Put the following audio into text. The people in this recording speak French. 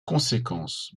conséquence